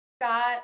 got